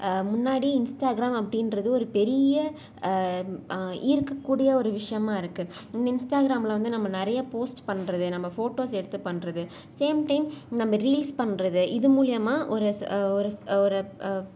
முன்னாடி இன்ஸ்டாகிராம் அப்படின்றது ஒரு பெரிய ஈர்க்கக்கூடிய ஒரு விஷயமா இருக்குது இந்த இன்ஸ்டாகிராமில் வந்து நம்ம நிறையா போஸ்ட் பண்றது நம்ம ஃபோட்டோஸ் எடுத்து பண்றது சேம் டைம் நம்ம ரீல்ஸ் பண்றது இது மூலிமா ஒரு ச ஒரு ஒரு